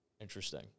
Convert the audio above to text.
Interesting